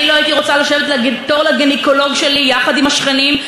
אני לא הייתי רוצה לשבת בתור לגינקולוג שלי יחד עם השכנים,